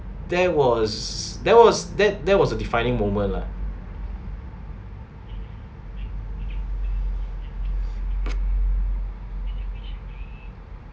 that was that was that that was a defining moment lah